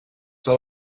that